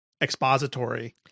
expository